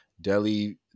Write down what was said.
Delhi